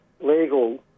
legal